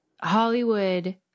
Hollywood